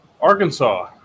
Arkansas